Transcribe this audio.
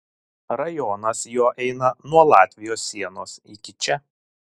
rajonas jo eina nuo latvijos sienos iki čia